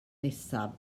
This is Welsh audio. nesaf